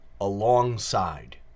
alongside